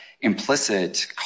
implicit